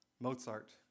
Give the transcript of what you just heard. Mozart